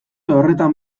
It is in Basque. horretan